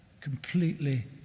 completely